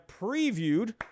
previewed